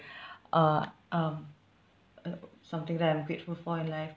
uh um uh something that I'm grateful for in life